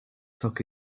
took